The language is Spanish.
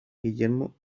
guillermo